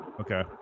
Okay